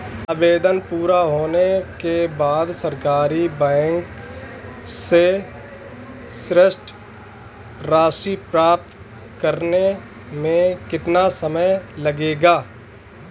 आवेदन पूरा होने के बाद सरकारी बैंक से ऋण राशि प्राप्त करने में कितना समय लगेगा?